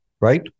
right